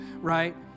right